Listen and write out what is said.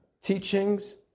teachings